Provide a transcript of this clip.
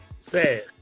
Sad